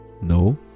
No